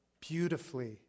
beautifully